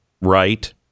right